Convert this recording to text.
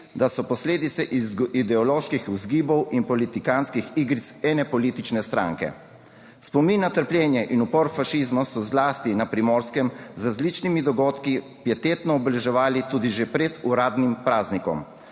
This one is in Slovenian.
da so posledice ideoloških vzgibov in politikantskih igric ene politične stranke. Spomin na trpljenje in upor fašizmu so zlasti na Primorskem z različnimi dogodki pietetno obeleževali tudi že pred uradnim praznikom.